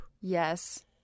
Yes